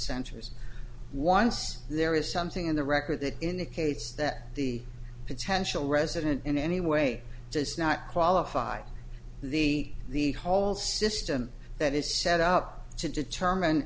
centers once there is something in the record that indicates that the potential resident in any way does not qualify the the whole system that is set up to determine